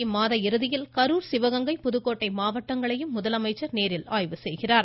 இம்மாத இறுதியில் கரூர் சிவகங்கை புதுக்கோட்டை மாவட்டங்களையும் முதலமைச்சர் நேரடி ஆய்வு செய்கிறார்